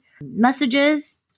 messages